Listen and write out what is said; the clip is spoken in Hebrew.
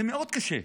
זה מאוד קשה.